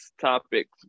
topics